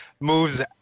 moves